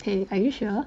eh are you sure